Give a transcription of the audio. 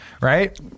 Right